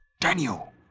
Daniel